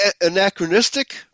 anachronistic